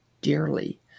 dearly